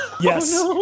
Yes